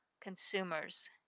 consumers